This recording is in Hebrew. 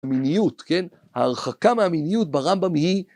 המיניות כן, ההרחקה מהמיניות ברמב״ם היא